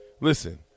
Listen